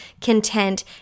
content